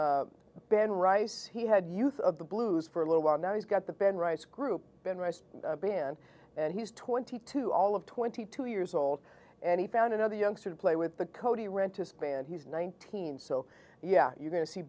ben rice he had use of the blues for a little while now he's got the ben rice group ben rice band and he's twenty two all of twenty two years old and he found another youngster to play with the cody rentis band he's nineteen so yeah you're going to see